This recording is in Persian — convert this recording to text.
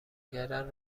کردن